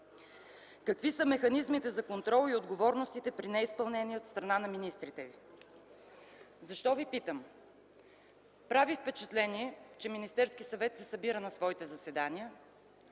какви са механизмите за контрол и отговорност при неизпълнение от страна на министрите? Защо Ви питам? Прави впечатление, че Министерският съвет се събира на своите заседания,